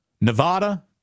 Nevada